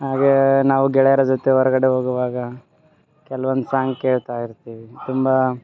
ಹಾಗೇ ನಾವು ಗೆಳೆಯರ ಜೊತೆ ಹೊರ್ಗಡೆ ಹೋಗುವಾಗ ಕೆಲ್ವಂದು ಸಾಂಗ್ ಕೇಳ್ತಾ ಇರ್ತೀವಿ ತುಂಬ